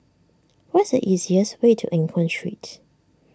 what is the easiest way to Eng Hoon Street